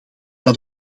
dat